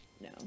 No